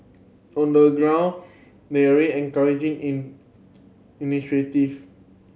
on the ground Mary encouraging in initiative